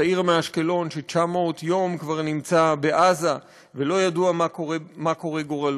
הצעיר מאשקלון ש-900 יום כבר נמצא בעזה ולא ידוע מה גורלו.